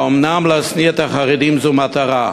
האומנם להשניא את החרדים זו מטרה?